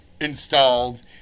Installed